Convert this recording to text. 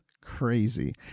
crazy